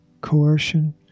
Coercion